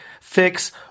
fix